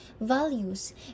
values